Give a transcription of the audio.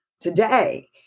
today